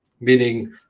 meaning